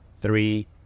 three